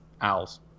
owls